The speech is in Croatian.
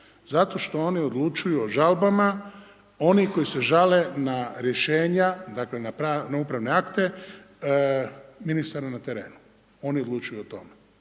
Zato što oni odlučuju o žalbama onih koji se žale na rješenja, dakle na upravne akte ministara na terenu. Ono odlučuju o tome.